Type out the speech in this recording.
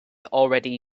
already